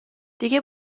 دیگه